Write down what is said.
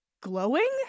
glowing